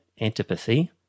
antipathy